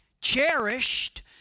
cherished